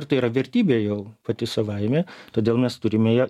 ir tai yra vertybė jau pati savaime todėl mes turime ją